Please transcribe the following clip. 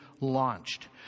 launched